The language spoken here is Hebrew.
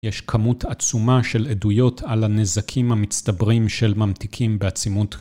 יש כמות עצומה של עדויות על הנזקים המצטברים של ממתיקים בעצימות.